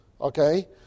Okay